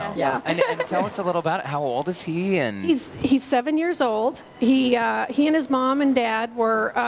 yeah and yeah and tell us a little. but how old is he? and he's he's seven years old. he he and his mom and dad were